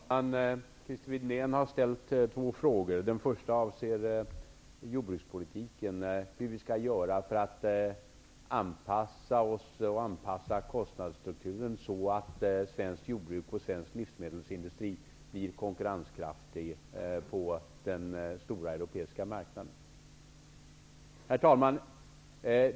Herr talman! Christer Windén har ställt två frågor. Den första avser jordbrukspolitiken och hur vi skall göra för att anpassa kostnadsstrukturen så att svenskt jordbruk och svensk livsmedelsindustri blir konkurrenskraftiga på den stora europeiska marknaden. Herr talman!